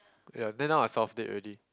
ya then now I solved it already